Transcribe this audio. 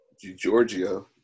Giorgio